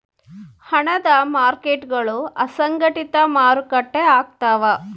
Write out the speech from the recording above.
ಹಣದ ಮಾರ್ಕೇಟ್ಗುಳು ಅಸಂಘಟಿತ ಮಾರುಕಟ್ಟೆ ಆಗ್ತವ